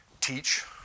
teach